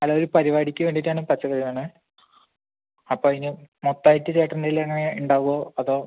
അല്ല ഒരു പരിപാടിക്ക് വേണ്ടിയിട്ടാണ് പച്ചക്കറി വേണം അപ്പോൾ അതിന് മൊത്തം ആയിട്ട് ചേട്ടന്റെ കയ്യിൽ എങ്ങനെയാണ് ഉണ്ടാവുമോ അതോ